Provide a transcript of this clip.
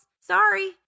Sorry